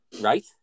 right